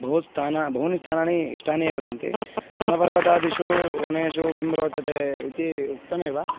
बहु स्थानं बहूनि स्थानानि इष्टानि एव सन्ति हिमपर्वतादिषु वनेषु किं रोचते इति उक्तमेव